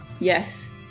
Yes